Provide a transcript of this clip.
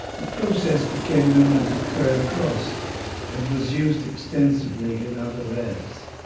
the process became known as a kerr cross and was used extensively in other labs.